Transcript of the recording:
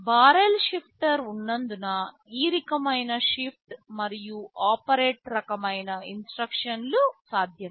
barrel shifter ఉన్నందున ఈ రకమైన షిఫ్ట్ మరియు ఆపరేట్ రకమైన ఇన్స్ట్రక్షన్లు సాధ్యమే